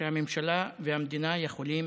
שהממשלה והמדינה יכולות